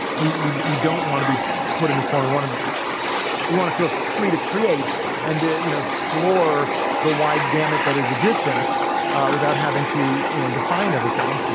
we we don't want to be put in a corner. we want to we want to feel free to create and ah you know explore the wide gamut that is existence without having to, you know, define everything.